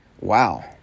Wow